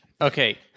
Okay